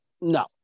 no